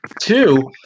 Two